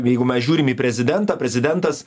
jeigu mes žiūrim į prezidentą prezidentas